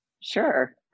Sure